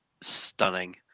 stunning